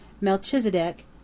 Melchizedek